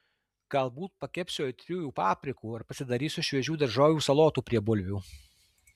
galbūt pakepsiu aitriųjų paprikų ar pasidarysiu šviežių daržovių salotų prie bulvių